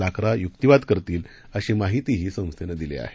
लाकरा युक्तिवाद करतील अशी माहितीही संस्थेनं दिली आहे